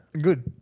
Good